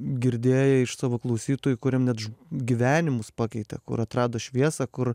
girdėję iš savo klausytojų kuriem net žm gyvenimus pakeitė kur atrado šviesą kur